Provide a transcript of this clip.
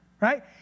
right